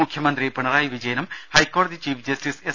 മുഖ്യമന്ത്രി പിണറായി വിജയനും ഹൈക്കോടതി ചീഫ്ജസ്സിസ് എസ്